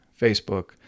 Facebook